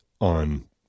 on